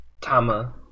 Tama